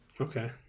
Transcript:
Okay